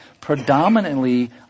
predominantly